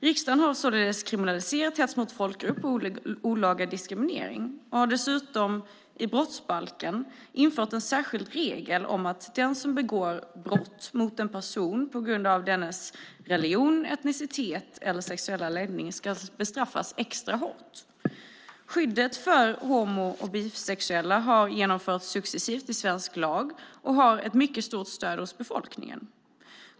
Riksdagen har således kriminaliserat hets mot folkgrupp och olaga diskriminering och har dessutom i brottsbalken infört en särskild regel om att den som begår brott mot en person på grund av dennes religion, etnicitet eller sexuella läggning ska bestraffas extra hårt. Skyddet för homo och bisexuella har genomförts successivt i svensk lag och har ett mycket stort stöd hos befolkningen.